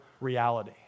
reality